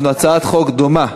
יש לנו הצעת חוק דומה,